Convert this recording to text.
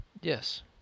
Yes